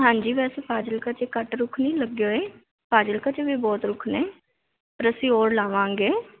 ਹਾਂਜੀ ਵੈਸੇ ਫਾਜ਼ਿਲਕਾ 'ਚ ਘੱਟ ਰੁੱਖ ਨਹੀਂ ਲੱਗੇ ਹੋਏ ਫਾਜ਼ਿਲਕਾ 'ਚ ਵੀ ਬਹੁਤ ਰੁੱਖ ਨੇ ਪਰ ਅਸੀਂ ਹੋਰ ਲਾਵਾਂਗੇ